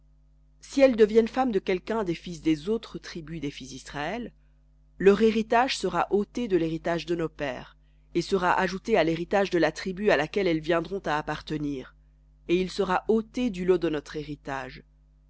si elles deviennent femmes de quelqu'un des fils des tribus des fils d'israël leur héritage sera ôté de l'héritage de nos pères et sera ajouté à l'héritage de la tribu à laquelle elles viendront à appartenir et il sera ôté du lot de notre héritage